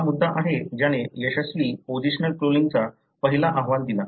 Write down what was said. हा मुद्दा आहे ज्याने यशस्वी पोझिशनल क्लोनिंगचा पहिला अहवाल दिला